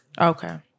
Okay